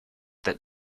that